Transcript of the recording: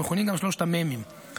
המכונים גם "שלושת המ"מים".